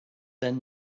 then